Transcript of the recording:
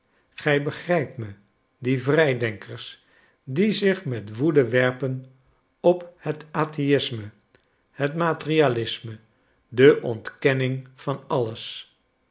gij begrijpt me die vrijdenkers die zich met woede werpen op het atheïsme het materialisme de ontkenning van alles